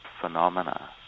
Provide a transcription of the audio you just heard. phenomena